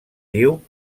diu